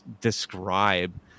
describe